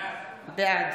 בעד